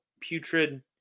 putrid